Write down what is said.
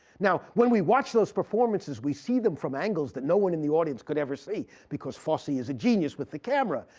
now when we watch those performances, we see them from angles that no one in the audience could ever see, because fosse is a genius with the camera,